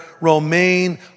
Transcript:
Romaine